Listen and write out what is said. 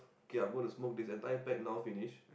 okay I'm going to smoke this entire pack now finish